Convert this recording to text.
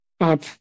up